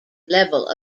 level